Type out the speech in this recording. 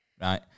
Right